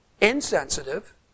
insensitive